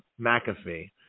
McAfee